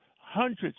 hundreds